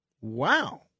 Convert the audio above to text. Wow